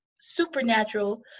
supernatural